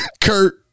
Kurt